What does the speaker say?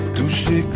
touché